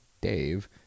Dave